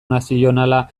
nazionala